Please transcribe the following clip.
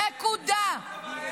נקודה.